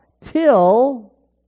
till